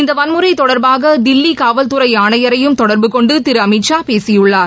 இந்த வன்முறை தொடர்பாக தில்லி காவல்துறை ஆணையரையும் தொடர்பு கொண்டு திரு அமித் ஷா பேசியுள்ளார்